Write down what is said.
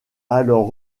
alors